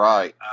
Right